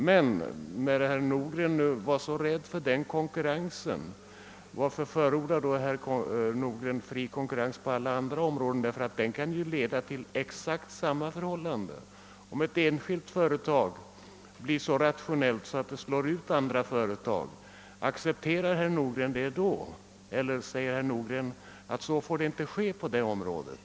Men när herr Nordgren nu är rädd för konkurrensen härvidlag, varför för ordar herr Nordgren då fri konkurrens på alla andra områden? Om ett enskilt företag blir så rationellt att det slår ut andra företag, accepterar herr Nordgren det, eller säger herr Nordgren att sådant inte får ske på det området?